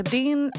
din